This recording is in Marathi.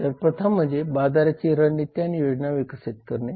तर प्रथम म्हणजे बाजाराची रणनीती आणि योजना विकसित करणे